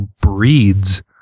breeds